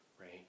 Right